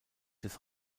des